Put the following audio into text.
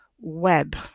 web